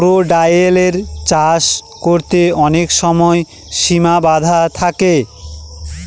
ক্রোকোডাইলের চাষ করতে অনেক সময় সিমা বাধা থাকে